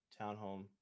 townhome